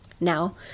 Now